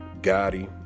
Gotti